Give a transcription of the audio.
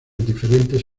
diferentes